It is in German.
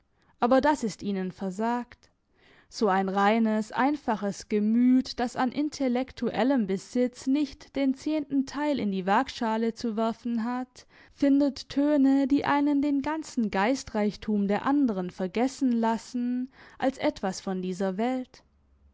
aber das ist ihnen versagt so ein reines einfaches gemüt das an intellektuellem besitz nicht den zehnten teil in die wagschale zu werfen hat findet töne die einen den ganzen geistreichtum der andren vergessen lassen als etwas von dieser welt